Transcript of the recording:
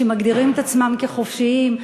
שמגדירים את עצמם כחופשיים,